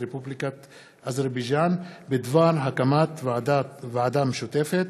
רפובליקת אזרבייג'ן בדבר הקמת ועדה משותפת,